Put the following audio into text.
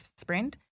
sprint